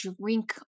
drink